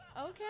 Okay